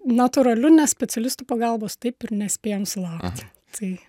natūraliu nes specialistų pagalbos taip ir nespėjom sulaukti tai